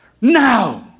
Now